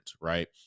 right